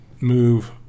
move